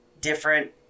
different